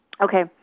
Okay